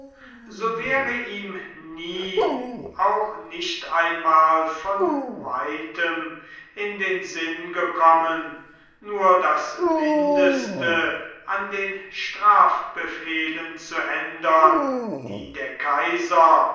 so wäre ihm nie auch nicht einmal von weitem in den sinn gekommen nur das mindeste an den strafbefehlen zu ändern die der kaiser